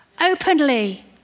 openly